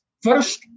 First